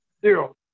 Zero